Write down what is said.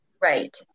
Right